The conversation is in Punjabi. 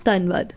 ਧੰਨਵਾਦ